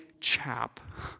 chap